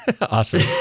Awesome